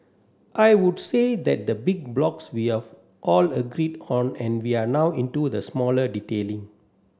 I would say that the big blocks we are all agreed on and we're now into the smaller detailing